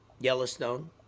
Yellowstone